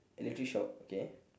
electric shock okay